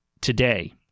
today